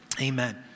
Amen